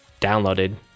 downloaded